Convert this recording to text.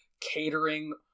catering